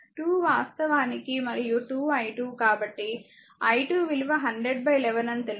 కాబట్టి 2 వాస్తవానికి మరియు 2 i2 కాబట్టి i2 విలువ 100 11 అని తెలుసు